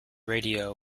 radio